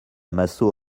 massot